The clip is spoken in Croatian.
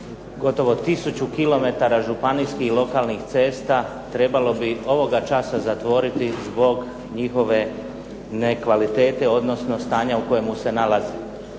gotovo 1000 kilometara županijskih i lokalnih cesta trebalo bi ovoga časa zatvoriti zbog njihove nekvalitete, odnosno stanja u kojemu se nalazi.